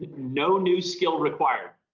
no new skill required.